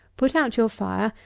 put out your fire,